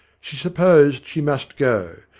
she supposed she must go.